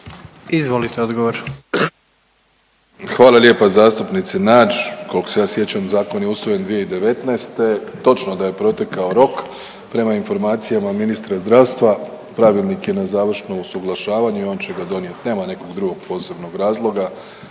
Andrej (HDZ)** Hvala lijepa zastupnice Nađ. Koliko se ja sjećam, zakon je usvojen 2019. Točno da je protekao rok. Prema informacijama ministra zdravstva, pravilnik je na završnom usuglašavanju, on će ga donijeti. Nema nekog drugog posebnog razloga